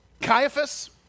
Caiaphas